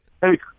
Hey